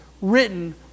Written